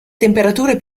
temperature